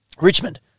Richmond